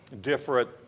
different